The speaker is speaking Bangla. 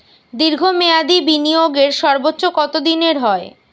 দীর্ঘ মেয়াদি বিনিয়োগের সর্বোচ্চ কত দিনের হয়?